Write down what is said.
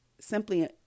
simply